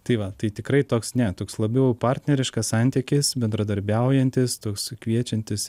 tai va tai tikrai toks ne toks labiau partneriškas santykis bendradarbiaujantis toks sukviečiantis